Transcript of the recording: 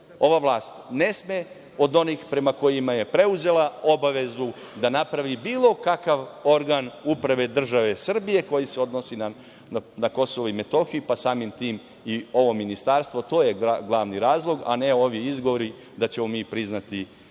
ova vlast ne sme od onih prema kojima je preuzela obavezu, da napravi bilo kakav organ uprave države Srbije koji se odnosi na Kosovu i Metohiji, pa samim tim i ovo ministarstvo. To je glavni razlog, a ne ovi izgovori da ćemo mi priznati